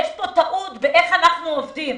יש טעות איך שאנחנו עובדים.